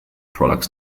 products